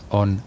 on